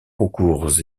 concours